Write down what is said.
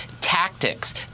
tactics